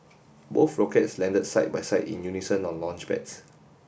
both rockets landed side by side in unison on launchpads